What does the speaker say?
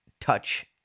touch